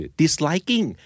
disliking